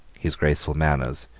his graceful manners,